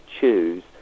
choose